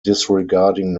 disregarding